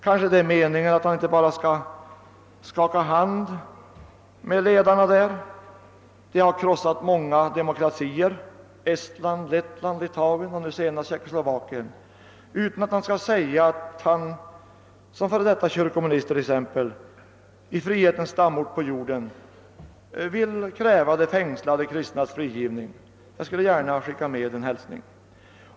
Kanske är det meningen alt han inte bara skall skaka hand med dess ledare, som krossat många demokratier såsom Estland, Lettland, Litauen och nu senast Tjeckoslovakien, utan att han skall säga att han exempelvis som före detta kyrkominister i frihetens stamort på jorden vill kräva de fängslade kristnas frigivelse. Jag skulle gärna skicka med en hälsning.